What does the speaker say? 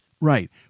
Right